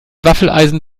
waffeleisen